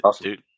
dude